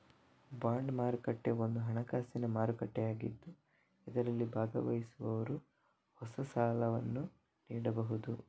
bond ಮಾರುಕಟ್ಟೆ ಒಂದು ಹಣಕಾಸಿನ ಮಾರುಕಟ್ಟೆಯಾಗಿದ್ದು ಇದರಲ್ಲಿ ಭಾಗವಹಿಸುವವರು ಹೊಸ ಸಾಲವನ್ನು ನೀಡಬಹುದು